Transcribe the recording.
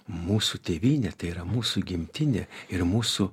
mūsų tėvynė tai yra mūsų gimtinė ir mūsų